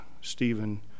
Stephen